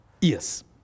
Yes